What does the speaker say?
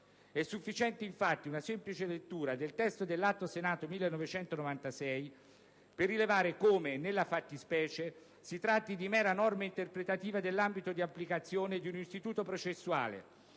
È sufficiente infatti una semplice lettura del testo dell'Atto Senato n. 1996 per rilevare come, nella fattispecie, si tratti di mera norma interpretativa dell'ambito di applicazione di un istituto processuale,